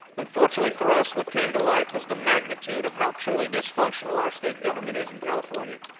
unfortunately for us, what came to light was the magnitude of how truly dysfunctional our state government is in california.